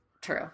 True